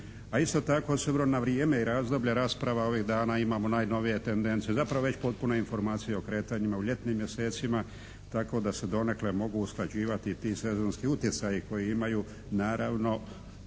A isto tako s obzirom na vrijeme i razdoblje rasprava ovih dana imamo najnovije tendencije, zapravo već potpune informacije o kretanjima u ljetnim mjesecima. Tako da se donekle mogu usklađivati i ti sezonski utjecaji koji imaju naravno